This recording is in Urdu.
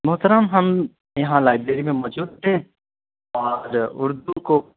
محترم ہم یہاں لائبریری میں موجود تھے اور اردو کو